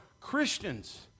Christians